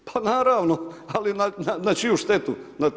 Pa naravno, ali na čiju štetu?